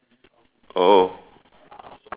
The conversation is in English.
oh